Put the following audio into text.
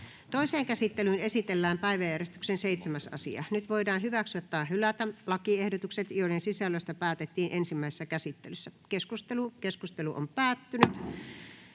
Toiseen käsittelyyn esitellään päiväjärjestyksen 6. asia. Nyt voidaan hyväksyä tai hylätä lakiehdotus, jonka sisällöstä päätettiin ensimmäisessä käsittelyssä. — Keskustelu, edustaja